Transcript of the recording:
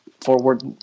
forward